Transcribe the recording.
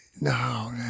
No